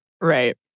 Right